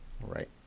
Right